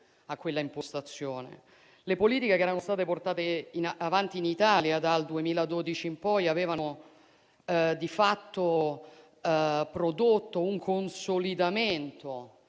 a quella impostazione. Le politiche portate avanti in Italia dal 2012 in poi avevano di fatto prodotto un consolidamento